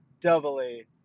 doubly